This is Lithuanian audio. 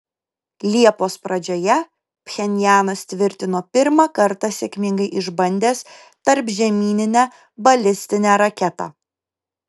liepos pradžioje pchenjanas tvirtino pirmą kartą sėkmingai išbandęs tarpžemyninę balistinę raketą